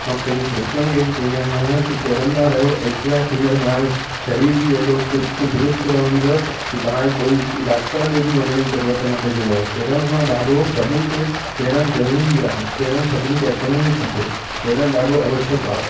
ऐं पंहिंजी दोस्तनि खे बि चवंदो आहिंयां की तरंदा रहियो एक्सरसाइज़ थींदो तव्हांजो शरीर बि एॾो चुस्तु दुरुस्तु रहंदो आहे की तव्हांखे कोई डाक्टर ॾिए बि वञण जी जरूरत न पइजंदव तरण सां ॾाढो सभिनि खे तरण जरूरी आहे तरण सभिनी खे अचिणो ई खपे तरण ॾाढो अवश्यक आहे